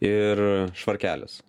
ir švarkelis